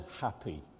happy